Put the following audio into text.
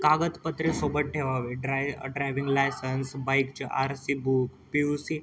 कागदपत्रे सोबत ठेवावे ड्राय ड्रायव्हिंग लायसन्स बाइकचे R C book P U C